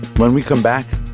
when we come back,